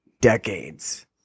decades